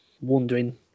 wondering